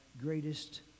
greatest